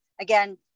Again